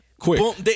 quick